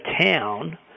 town